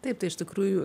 taip tai iš tikrųjų